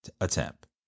attempt